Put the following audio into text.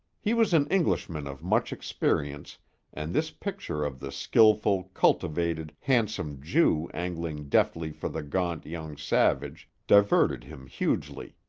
he was an englishman of much experience and this picture of the skillful, cultivated, handsome jew angling deftly for the gaunt, young savage diverted him hugely.